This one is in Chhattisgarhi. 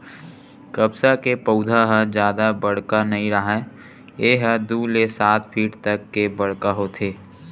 कपसा के पउधा ह जादा बड़का नइ राहय ए ह दू ले सात फीट तक के बड़का होथे